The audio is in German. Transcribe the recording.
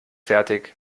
fertig